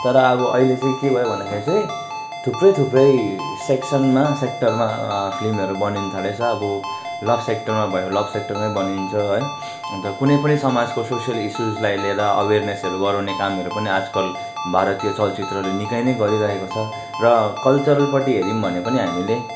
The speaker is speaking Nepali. तर अब अहिले चाहिँ के भयो भन्दाखेरि चाहिँ थुप्रै थुप्रै सेक्सनमा सेक्टरमा फिल्महरू बनिनथालेको छ अब लभ सेक्टरमा भयो लभ सेक्टरमै बनिन्छ है अन्त कुनै पनि समाजको सोसियल इसुसलाई लिएर अवेरनेसहरू गराउने कामहरू पनि आजकल भारतीय चलचित्रले निकै नै गरिरहेको छ र कल्चरलपट्टि हेर्यौँ भने पनि हामीले